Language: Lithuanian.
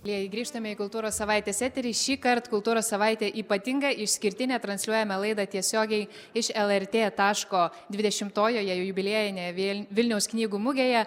jei grįžtame į kultūros savaitės eterį šįkart kultūros savaitė ypatinga išskirtinė transliuojame laidą tiesiogiai iš lrt taško dvidešimtojoje jubiliejinėje vėl vilniaus knygų mugėje